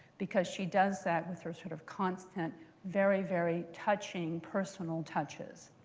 because she does that with her sort of constant very, very touching personal touches.